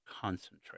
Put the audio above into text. concentrate